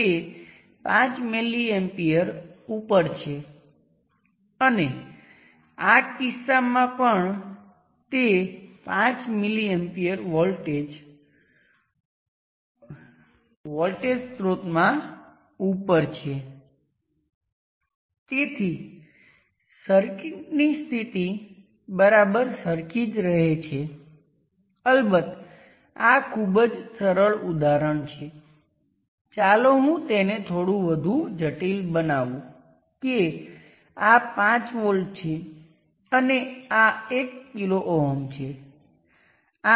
આપણે રહી શકીએ છીએ નોર્ટન થિયોરમ થેવેનિનના થિયોરમની જેમ ઇન્ડિપેન્ડન્ટ સોર્સ અને લિનિયર કમ્પોનન્ટ સાથેના કોઈપણ સર્કિટ જે લિનિયર રેઝિસ્ટર છે અને કંટ્રોલ સોર્સને બે ટર્મિનલ પર કરંટ સોર્સ દ્વારા અને રેઝિસ્ટરની પેરેલલ રજૂ કરી શકાય છે